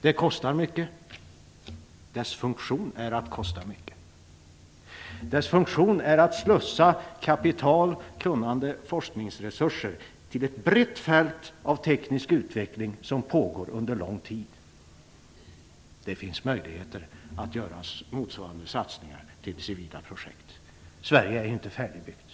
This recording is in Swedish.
Det kostar mycket, dess funktion är att kosta mycket och att slussa kapital, kunnande och forskningsresurser till ett brett fält av teknisk utveckling som pågår under lång tid. Det finns möjligheter att omvandla motsvarande satsningar till civila projekt. Sverige är ju inte färdigbyggt.